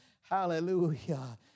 Hallelujah